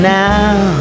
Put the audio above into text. now